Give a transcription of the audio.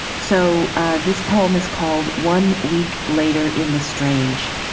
so ah this poem is called one week later in the strange